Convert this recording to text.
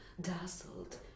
dazzled